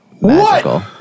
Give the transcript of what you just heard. magical